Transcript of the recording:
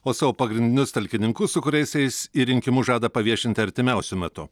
o savo pagrindinius talkininkus su kuriais eis į rinkimus žada paviešinti artimiausiu metu